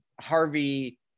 Harvey